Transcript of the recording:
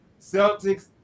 Celtics